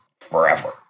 forever